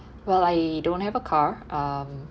well I don't have a car um